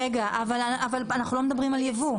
אבל אנחנו לא מדברים על יבוא.